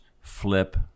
Flip